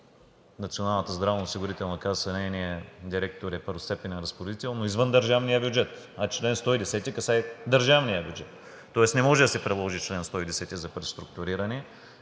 Националната здравноосигурителна каса е първостепенен разпоредител, но извън държавния бюджет, а чл. 110 касае държавния бюджет, тоест не може да се приложи чл. 110 за преструктуриране